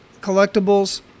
collectibles